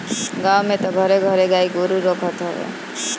गांव में तअ घरे घरे गाई गोरु रखत हवे